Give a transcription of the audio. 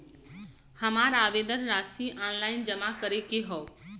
हमार आवेदन राशि ऑनलाइन जमा करे के हौ?